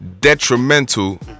detrimental